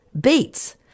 Beets